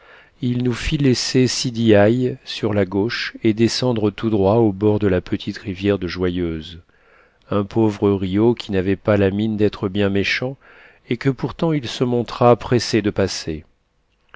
il nous fit laisser sidiailles sur la gauche et descendre tout droit aux bords de la petite rivière de joyeuse un pauvre rio qui n'avait pas la mine d'être bien méchant et que pourtant il se montra pressé de passer